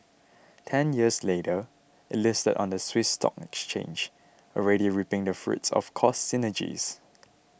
ten years later it listed on the Swiss stock exchange already reaping the fruits of cost synergies